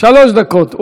שלוש דקות.